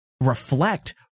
reflect